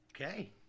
Okay